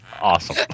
awesome